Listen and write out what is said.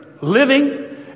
living